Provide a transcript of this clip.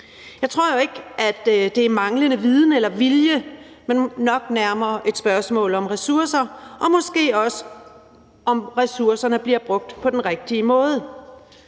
Jeg tror jo ikke, at det er manglende viden eller vilje, men nok nærmere et spørgsmål om ressourcer og måske også om, om ressourcerne bliver brugt på den rigtige måde.